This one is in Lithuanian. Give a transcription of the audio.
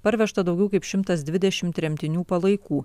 parvežta daugiau kaip šimtas dvidešimt tremtinių palaikų